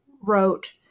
wrote